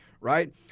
right